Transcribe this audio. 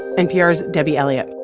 npr's debbie elliott